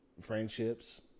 friendships